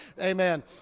Amen